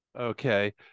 okay